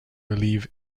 relieve